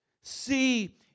See